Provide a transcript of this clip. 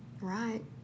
Right